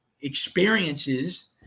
experiences